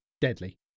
deadly